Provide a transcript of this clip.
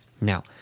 Now